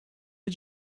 did